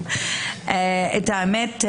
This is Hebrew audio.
האמת,